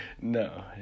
No